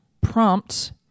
prompt